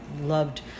loved